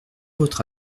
votre